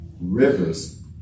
Rivers